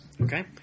okay